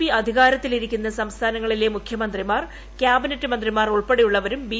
P അധികാരത്തിലിരിക്കുന്ന സംസ്ഥാനങ്ങളിലെ മുഖ്യമന്ത്രിമാർ കൃാബിനറ്റ് മന്തിമാർ ഉൾപ്പടെയുള്ളവരും ബി